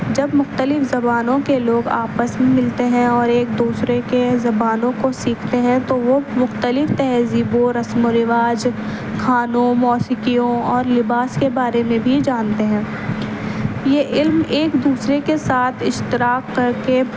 جب مختلف زبانوں کے لوگ آپس میں ملتے ہیں اور ایک دوسرے کے زبانوں کو سیکھتے ہیں تو وہ مختلف تہذیبوں رسم و رواج کھانوں موسیقیوں اور لباس کے بارے میں بھی جانتے ہیں یہ علم ایک دوسرے کے ساتھ اشتراک کر کے